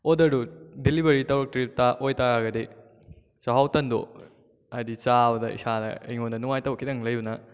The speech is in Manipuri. ꯑꯣꯔꯗꯔꯗꯨ ꯗꯤꯂꯤꯕꯔꯤ ꯇꯧꯔꯛꯇ꯭ꯔꯤꯕ ꯑꯣꯏꯕꯇꯥꯔꯒꯗꯤ ꯆꯥꯛꯍꯥꯎ ꯇꯟꯗꯣ ꯍꯥꯏꯗꯤ ꯆꯥꯕꯗ ꯏꯁꯥꯗ ꯑꯩꯉꯣꯟꯗ ꯅꯨꯉꯥꯏꯇꯕ ꯈꯤꯇꯪ ꯂꯩꯕꯅ